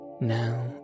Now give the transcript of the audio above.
Now